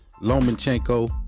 Lomachenko